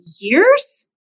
years